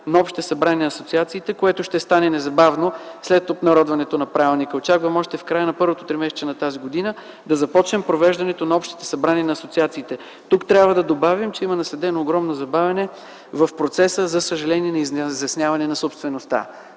на общите събрания на асоциациите, което ще стане незабавно след обнародването на правилника. Очаквам още в края на първото тримесечие на тази година да започнем провеждането на общите събрания на асоциациите. Тук трябва да добавим, че има наследено огромно забавяне в процеса, за съжаление, за изясняване на собствеността.